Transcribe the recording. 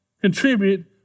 contribute